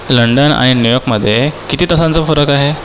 London आणि न्यूयॉर्कमध्ये किती तासांचा फरक आहे